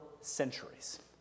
centuries